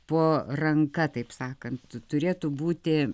po ranka taip sakant turėtų būti